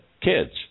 kids